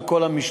על כל המשתמע.